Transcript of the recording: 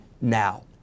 now